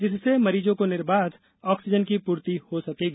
जिससे मरीजों को निर्बाध ऑक्सीजन की पूर्ति हो सकेगी